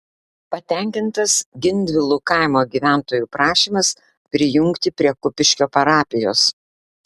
patenkintas gindvilų kaimo gyventojų prašymas prijungti prie kupiškio parapijos